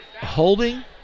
holding